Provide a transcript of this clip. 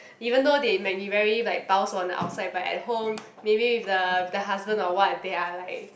even though they may be very like 保守 on the outside but at home may be the the husband or what they are like